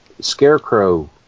Scarecrow